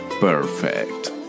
Perfect